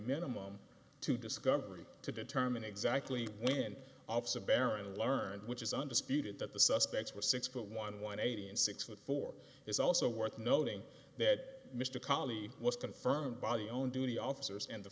minimum to discovery to determine exactly when officer barron learned which is undisputed that the suspects were six foot one one eighty and six foot four it's also worth noting that mr colley was confirmed by the own duty officers in the